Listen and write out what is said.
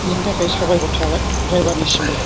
बेनि थाखाय साबायखर थाबाय ड्रायभार निसिमबो